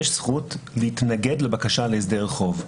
יש זכות להתנגד לבקשה להסדר חוב.